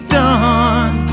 done